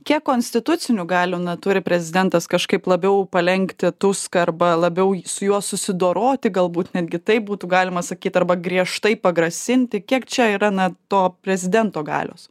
kiek konstitucinių galių na turi prezidentas kažkaip labiau palenkti tuską arba labiau su juo susidoroti galbūt netgi taip būtų galima sakyt arba griežtai pagrasinti kiek čia yra na to prezidento galios